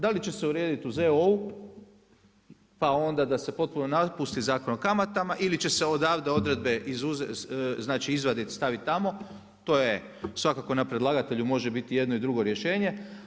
Da li će se urediti u ZOO-u, pa onda da se potpuno napusti Zakon o kamatama ili će se odavdje odredbe izuzeti, znači izvaditi i staviti tamo, to je svakako na predlagatelju, može biti jedno i drugo rješenje.